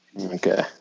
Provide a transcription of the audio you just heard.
Okay